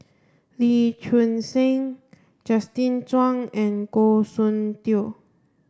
Lee Choon Seng Justin Zhuang and Goh Soon Tioe